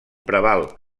preval